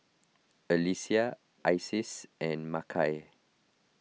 Alecia Isis and Makai